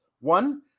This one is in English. one